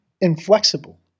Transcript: inflexible